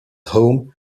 home